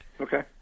Okay